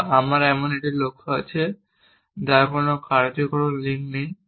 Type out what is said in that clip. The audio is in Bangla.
বা আমার এমন একটি লক্ষ্য আছে যার কোনো কার্যকারণ লিঙ্ক নেই